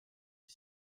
est